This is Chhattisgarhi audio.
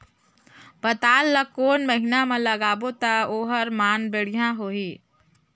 पातल ला कोन महीना मा लगाबो ता ओहार मान बेडिया होही?